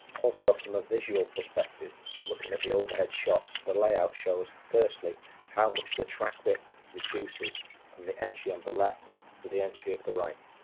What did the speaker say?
also from a visual perspective looking at the overhead shots the layout shows firstly how much the track width reduces from the entry on the left to the entry of the right,